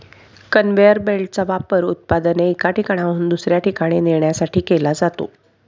conveyor बेल्टचा वापर उत्पादने एका ठिकाणाहून दुसऱ्या ठिकाणी नेण्यासाठी केला जातो